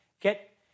Get